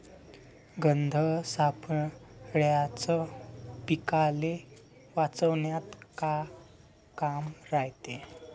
गंध सापळ्याचं पीकाले वाचवन्यात का काम रायते?